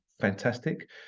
fantastic